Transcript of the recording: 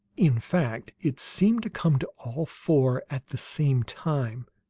in fact, it seemed to come to all four at the same time,